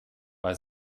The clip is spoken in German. bei